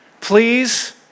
Please